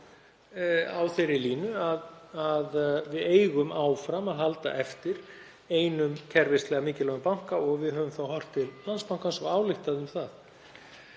á þeirri línu að við eigum áfram að halda eftir einum kerfislega mikilvægum banka og við höfum horft til Landsbankans og ályktað um það.